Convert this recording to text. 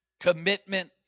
commitment